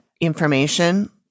information